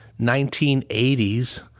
1980s